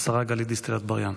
השרה גלית דיסטל אטבריאן.